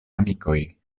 amikoj